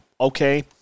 okay